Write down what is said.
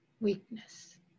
weakness